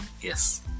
yes